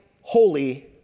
holy